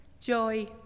joy